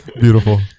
Beautiful